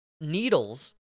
needles